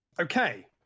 okay